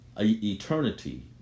Eternity